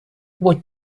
what